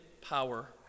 power